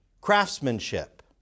craftsmanship